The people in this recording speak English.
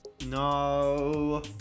no